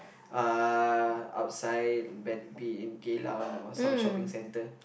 uh outside whether be in Geylang or some shopping centre